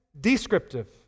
descriptive